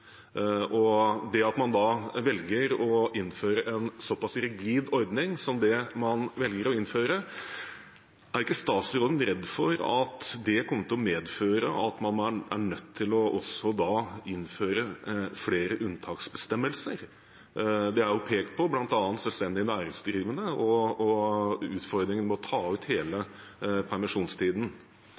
at man velger å innføre en såpass rigid ordning som det man velger å innføre – er ikke statsråden redd for at det kommer til å medføre at man da er nødt til å innføre flere unntaksbestemmelser? Det er pekt på bl.a. selvstendig næringsdrivende og deres utfordringer med at man tar ut hele permisjonstiden.